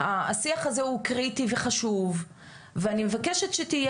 השיח הזה הוא קריטי וחשוב ואני מבקשת שתהיה